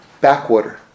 backwater